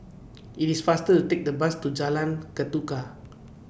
IT IS faster to Take The Bus to Jalan Ketuka